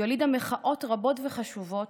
היא הולידה מחאות רבות וחשובות,